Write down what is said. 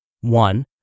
One